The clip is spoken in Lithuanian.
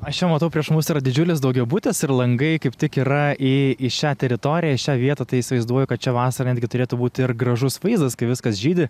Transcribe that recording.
aš čia matau prieš mus yra didžiulis daugiabutis ir langai kaip tik yra į į šią teritoriją šią vietą tai įsivaizduoju kad šią vasarą netgi turėtų būti ir gražus vaizdas kai viskas žydi